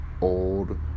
old